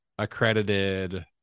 accredited